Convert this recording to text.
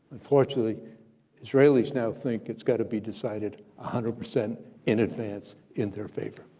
unfortunately israelis now think it's gotta be decided hundred percent in advance in their favor.